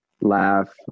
laugh